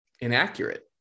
inaccurate